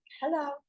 Hello